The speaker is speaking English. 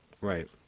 Right